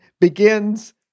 begins